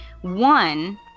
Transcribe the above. one